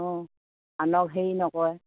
অঁ আনক হেৰি নকৰে